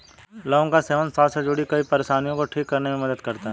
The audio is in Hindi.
लौंग का सेवन स्वास्थ्य से जुड़ीं कई परेशानियों को ठीक करने में मदद करता है